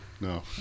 No